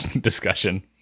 discussion